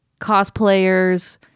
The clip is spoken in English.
Cosplayers